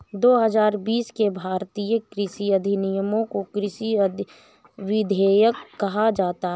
दो हजार बीस के भारतीय कृषि अधिनियमों को कृषि विधेयक कहा जाता है